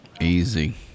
Easy